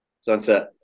Sunset